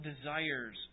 desires